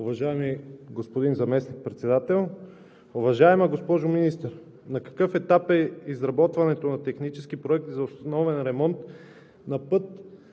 Уважаеми господин Заместник-председател, уважаема госпожо Министър! На какъв етап е изработването на технически проект за основен ремонт на път